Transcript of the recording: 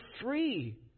free